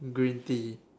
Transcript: green Tea